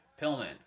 Pillman